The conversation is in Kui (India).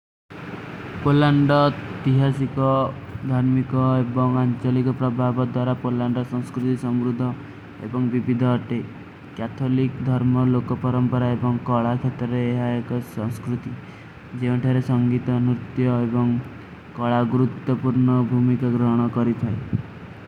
ପୋଲାଂଡା ତୀହାସୀ କୋ ଧାନ୍ମୀ କୋ ଏବଂଗ ଆନ୍ଚଲୀ କୋ ପ୍ରଭାବଧ ଦରା ପୋଲାଂଡା ସଂସ୍କୁର୍ଜୀ ସଂଗୁରୁଦା ଏବଂଗ ବିପିଦା ହୋତେ। କ୍ଯାଥୋଲିକ ଧର୍ମ ଲୋକ ପରଂପରା ଏବଂଗ କଳା ଖତରେ ହୈ ଏକ ସଂସ୍କୁର୍ଜୀ। ଜୀଵନ ଥାରେ ସଂଗୀତା, ନୁର୍ତ୍ଯା ଏବଂ କଳା ଗୁରୁଦ୍ଧ ପୁର୍ଣା ଭୁମୀ କା ଗ୍ରହନା କରୀ ଥାଈ।